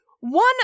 one